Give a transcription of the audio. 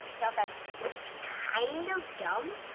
no offense. it's kind of dumb.